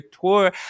tour